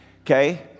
Okay